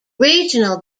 regional